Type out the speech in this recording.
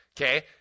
Okay